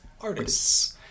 artists